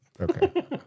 Okay